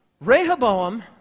Rehoboam